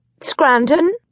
scranton